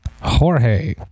Jorge